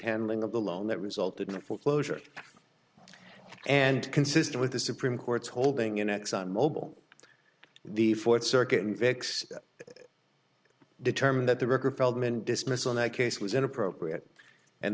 handling of the loan that resulted in the foreclosure and consistent with the supreme court's holding in exxon mobil the fourth circuit in vick's determined that the record feldman dismissed on that case was inappropriate and